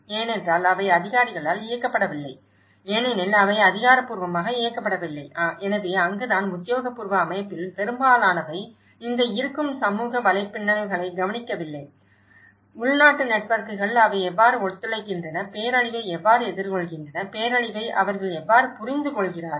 ஏனென்றால் அவை அதிகாரிகளால் இயக்கப்படவில்லை ஏனெனில் அவை அதிகாரப்பூர்வமாக இயக்கப்படவில்லை எனவே அங்குதான் உத்தியோகபூர்வ அமைப்பில் பெரும்பாலானவை இந்த இருக்கும் சமூக வலைப்பின்னல்களைக் கவனிக்கவில்லை உள்நாட்டு நெட்வொர்க்குகள் அவை எவ்வாறு ஒத்துழைக்கின்றன பேரழிவை எவ்வாறு எதிர்கொள்கின்றன பேரழிவை அவர்கள் எவ்வாறு புரிந்துகொள்கிறார்கள்